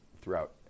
throughout